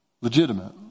legitimate